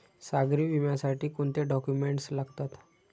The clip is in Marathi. सागरी विम्यासाठी कोणते डॉक्युमेंट्स लागतात?